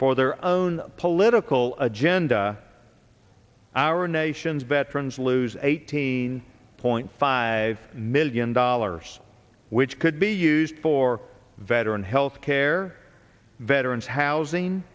for their own political agenda our nation's veterans lose a eighteen point five million dollars which could be used for veterans health care veterans housing